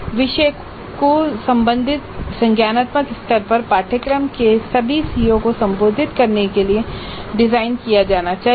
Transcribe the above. विषयों को संबंधित संज्ञानात्मक स्तरों पर पाठ्यक्रम के सभी सीओ को संबोधित करने के लिए डिज़ाइन किया जाना चाहिए